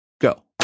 Go